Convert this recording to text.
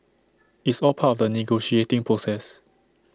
it's all part of the negotiating process